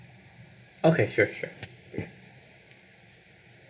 okay sure sure okay